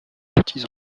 petits